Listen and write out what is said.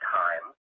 time